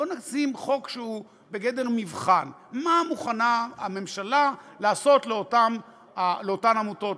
נשים חוק שהוא בגדר מבחן: מה מוכנה הממשלה לעשות לאותן עמותות,